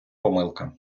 помилка